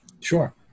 Sure